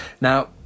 now